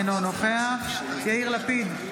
אינו נוכח יאיר לפיד,